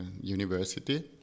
university